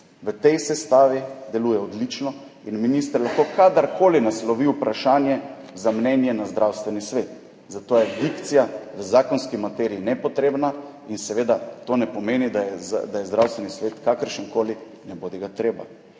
V tej sestavi deluje odlično in minister lahko kadarkoli naslovi vprašanje za mnenje na Zdravstveni svet, zato je dikcija v zakonski materiji nepotrebna in seveda to ne pomeni, da je Zdravstveni svet kakršenkoli nebodigatreba.